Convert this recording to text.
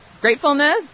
gratefulness